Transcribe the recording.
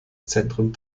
zentrum